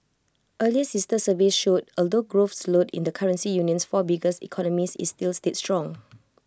earlier sister surveys showed although growth slowed in the currency union's four biggest economies IT still stayed strong